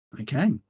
okay